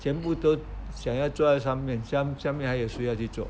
全部都想要做在上面下下面还有谁要去做